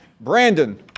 Brandon